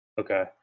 Okay